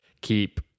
keep